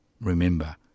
Remember